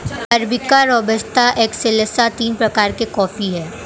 arabica robusta excelsa तीन प्रकार के कॉफी हैं